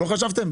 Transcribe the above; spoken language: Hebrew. לא חשבתם?